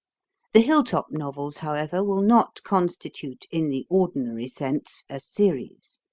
the hill-top novels, however, will not constitute, in the ordinary sense, a series.